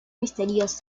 misteriosa